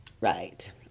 Right